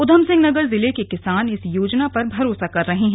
उधमसिंह नगर जिले के किसान इस योजना पर भरोसा कर रहे हैं